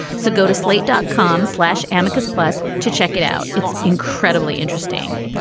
so go to slate dot com, slash amicus plus to check it out. it's incredibly interesting.